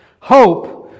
Hope